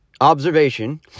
observation